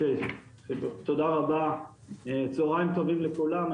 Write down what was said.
תודה רבה, צוהריים טובים לכולם.